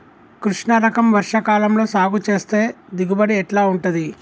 కృష్ణ రకం వర్ష కాలం లో సాగు చేస్తే దిగుబడి ఎట్లా ఉంటది?